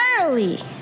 early